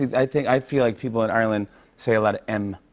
i think i feel like people in ireland say a lot of em.